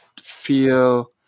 feel